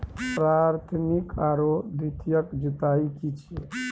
प्राथमिक आरो द्वितीयक जुताई की छिये?